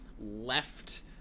left